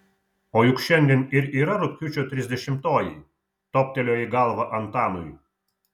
o juk šiandien ir yra rugpjūčio trisdešimtoji toptelėjo į galvą antanui